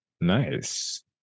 Nice